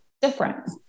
different